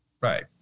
Right